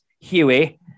Huey